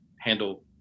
handle